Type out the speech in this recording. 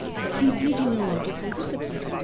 a deeply genealogical discipline.